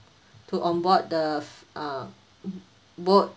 to on board the uh boat